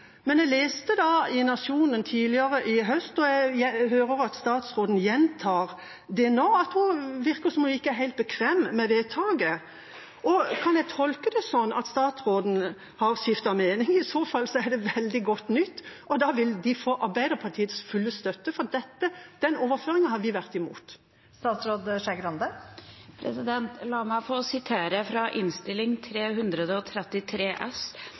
I Nationen tidligere i høst – jeg hører at statsråden gjentar det nå – virket det som om statsråden ikke var helt bekvem med vedtaket. Kan jeg tolke det slik at statsråden har skiftet mening? I så fall er det veldig godt nytt. Da vil de få Arbeiderpartiets støtte, for den overføringen har vi vært imot. La meg få sitere fra Innst. 333 S for 2014–2015: «Komiteens flertall, medlemmene fra Arbeiderpartiet, Høyre, Fremskrittspartiet, Kristelig Folkeparti, Senterpartiet og